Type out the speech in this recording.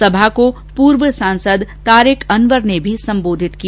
सभा को पूर्व सांसद तारिक अनवर ने भी संबोधित किया